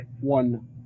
One